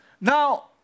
now